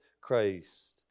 Christ